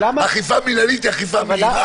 אכיפה מנהלית היא אכיפה מהירה.